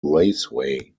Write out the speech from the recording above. raceway